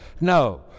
No